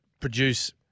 produce